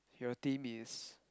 your team is